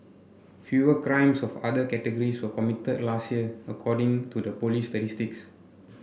fewer crimes of other categories were committed last year according to the police's statistics